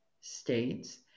states